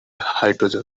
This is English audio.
hydrogen